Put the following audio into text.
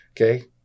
Okay